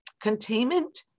containment